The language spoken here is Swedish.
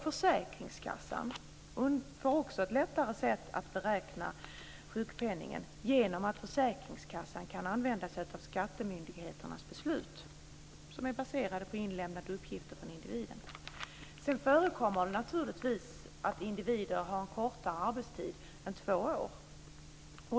Försäkringskassan får också ett lättare sätt att beräkna sjukpenningen genom att försäkringskassan kan använda sig av skattemyndigheternas beslut, som är baserade på inlämnade uppgifter från individen. Det förekommer naturligtvis att individer har en kortare arbetstid än två år.